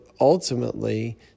ultimately